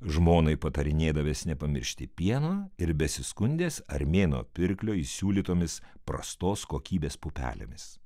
žmonai patarinėdavęs nepamiršti pieno ir besiskundęs armėno pirklio įsiūlytomis prastos kokybės pupelėmis